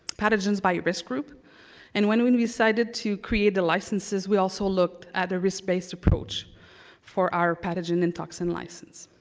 pathogens by risk group and when when we decided to create the licenses we also looked at the risk based approach for our pathogen and toxin license.